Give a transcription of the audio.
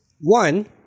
one